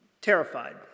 terrified